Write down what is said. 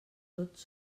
tots